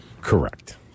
Correct